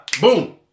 Boom